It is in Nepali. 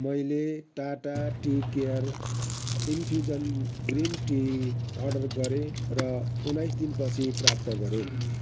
मैले Tata tea care infusion green tea order गरेँ र उन्नाइस दिनपछि प्राप्त गरेँ